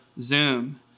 Zoom